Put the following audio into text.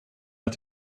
att